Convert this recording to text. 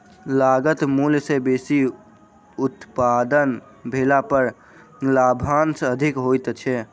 लागत मूल्य सॅ बेसी उत्पादन भेला पर लाभांश अधिक होइत छै